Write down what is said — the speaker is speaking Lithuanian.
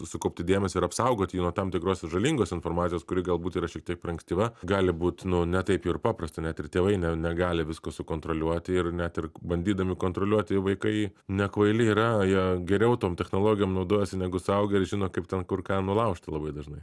sukaupti dėmesį ir apsaugot jį nuo tam tikros ir žalingos informacijos kuri galbūt yra šiek tiek per ankstyva gali būt nu ne taip jau ir paprasta net ir tėvai ne negali visko sukontroliuoti ir net ir bandydami kontroliuoti vaikai nekvaili yra jie geriau tom technologijom naudojasi negu suaugę ir žino kaip ten kur ką nulaužti labai dažnai